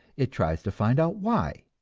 it tries to find out why,